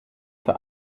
für